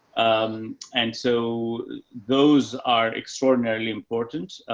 um, and so those are extraordinarily important.